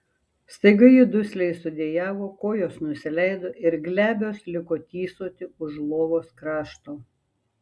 staiga ji dusliai sudejavo kojos nusileido ir glebios liko tysoti už lovos krašto